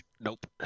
nope